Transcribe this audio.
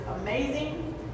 amazing